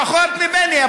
פחות ממני,